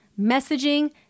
messaging